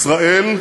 ישראל,